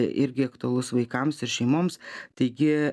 irgi aktualus vaikams ir šeimoms taigi